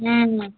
হুম